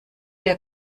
der